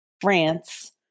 France